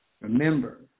Remember